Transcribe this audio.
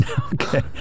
Okay